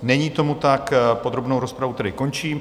Není tomu tak, podrobnou rozpravu tedy končím.